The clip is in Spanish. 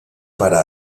para